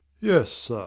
yes, sir.